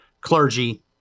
clergy